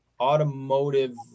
automotive